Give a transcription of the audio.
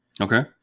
Okay